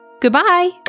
Goodbye